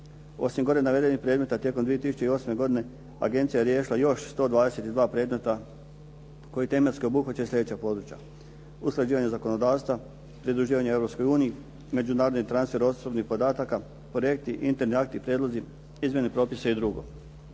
Osim gore navedenih predmeta tijekom 2008. godine agencija je riješila 122 predmeta koja tematski obuhvaćaju sljedeća područja. Usklađivanje zakonodavstva, pridruživanje Europskoj uniji, međunarodni transfer osobnih potaka, projekti, interni akti i prijedlozi, izmjena propisa i drugo.